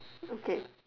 okay